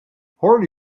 hoorde